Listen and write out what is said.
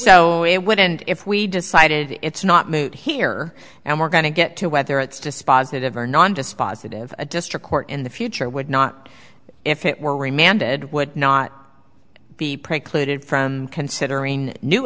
so it would end if we decided it's not moot here and we're going to get to whether it's dispositive or non dispositive a district court in the future would not if it were remanded would not be precluded from considering new